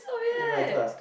in my class